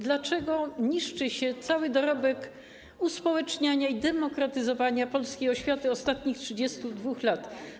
Dlaczego niszczy się cały dorobek uspołeczniania i demokratyzowania polskiej oświaty ostatnich 32 lat?